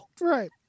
right